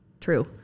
true